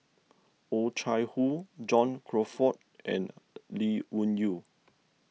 Oh Chai Hoo John Crawfurd and Lee Wung Yew